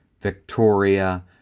Victoria